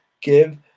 give